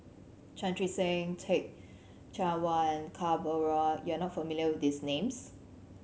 Chan Chee Seng Teh Cheang Wan and Ka Perumal you are not familiar with these names